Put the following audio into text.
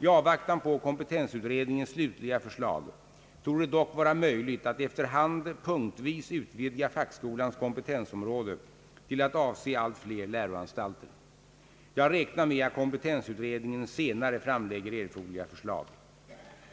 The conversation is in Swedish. I avvaktan på kompetensutredningens slutliga för slag torde det dock vara möjligt att efter hand punktvis utvidga fackskolans kompetensområde till att avse allt fler läroanstalter. Jag räknar med att kompetensutredningen senare framlägger erforderliga förslag.